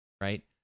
right